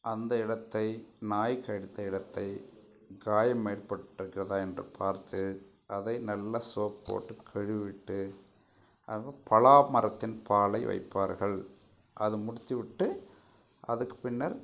அந்த இடத்தை நாய் கடித்த இடத்தை காயம் ஏற்பட்டிருக்கிறதா என்று பார்த்து அதை நல்ல சோப் போட்டு கழுவிவிட்டு அது பலா மரத்தின் பாலை வைப்பார்கள் அது முடித்து விட்டு அதுக்கு பின்னர்